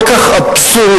כל כך אבסורדי,